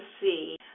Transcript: see